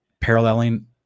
paralleling